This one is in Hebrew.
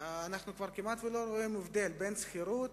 אנחנו כבר כמעט לא רואים הבדל בין שכירות